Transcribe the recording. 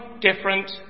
different